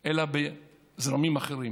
אלא בזרמים אחרים,